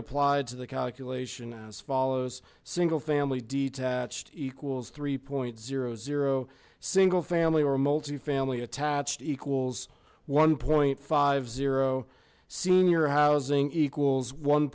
applied to the calculation as follows single family detached equals three point zero zero single family or multifamily attached equals one point five zero senior housing equals one